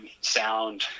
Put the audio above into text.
sound